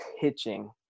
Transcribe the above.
pitching